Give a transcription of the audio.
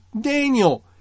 Daniel